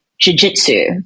jujitsu